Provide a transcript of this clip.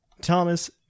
Thomas